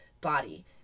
body